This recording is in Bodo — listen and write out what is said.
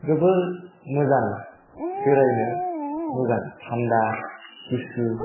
जोबोर मोजां बेरायनो मोजां थान्दा गुसु